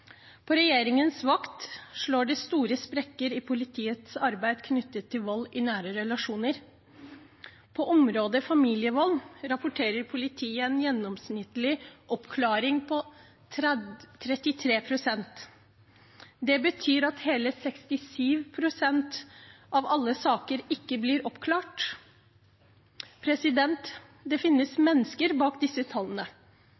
På regjeringens vakt slår det store sprekker i politiets arbeid knyttet til vold i nære relasjoner. På området familievold rapporterer politiet en gjennomsnittlig oppklaring på 33 pst. Det betyr at hele 67 pst. av alle saker ikke blir oppklart. Det finnes